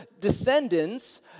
descendants